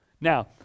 Now